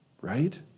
right